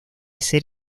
ser